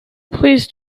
please